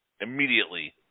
immediately